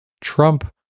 trump